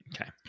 Okay